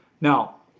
Now